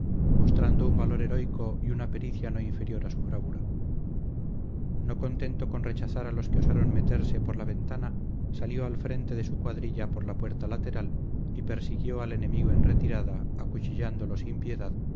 mostrando un valor heroico y una pericia no inferior a su bravura no contento con rechazar a los que osaron meterse por la ventana salió al frente de su cuadrilla por la puerta lateral y persiguió al enemigo en retirada acuchillándolo sin piedad